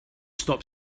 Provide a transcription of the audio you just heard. stop